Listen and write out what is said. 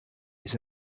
his